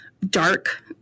dark